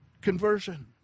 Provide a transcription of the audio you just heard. conversion